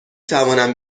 توانم